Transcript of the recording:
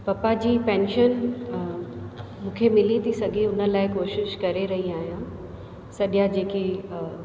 पप्पा जी पैंशन मूंखे मिली थी सघे उन लाइ कोशिश करे रही आहियां सॼा जेके